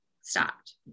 stopped